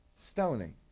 Stoning